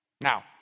Now